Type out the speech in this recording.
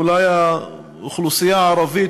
אולי האוכלוסייה הערבית,